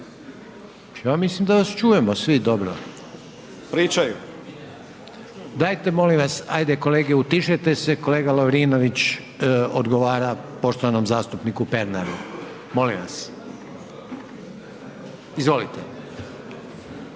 Pričaju. **Reiner, Željko (HDZ)** Dajte molim vas ajde kolege utišajte se kolega Lovrinović odgovara poštovanom zastupniku Pernaru. Molim vas. Izvolite.